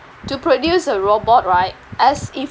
to produce a robot right as if